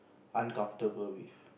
uncomfortable with